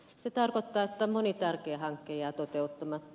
se tarkoittaa että moni tärkeä hanke jää toteuttamatta